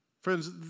Friends